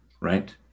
right